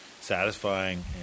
satisfying